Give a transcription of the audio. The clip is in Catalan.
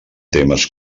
temes